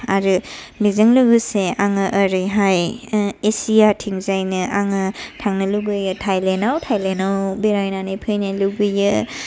आरो बेजों लोगोसे आङो ओरैहाय एसियाथिंजायनो आङो थांनो लुगैयो थाइलेण्डाव थाइलेण्डाव बेरायनानै फैनो लुगैयो